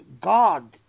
God